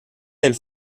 del